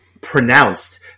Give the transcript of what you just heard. pronounced